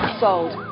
sold